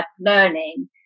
learning